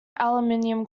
aluminum